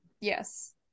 Yes